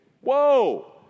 Whoa